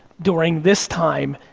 during this time,